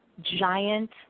giant